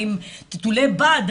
האם טיטולי בד,